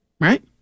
Right